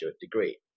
degree